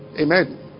amen